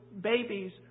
babies